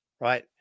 right